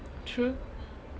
true